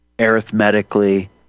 arithmetically